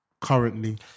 currently